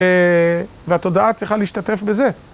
והתודעה צריכה להשתתף בזה.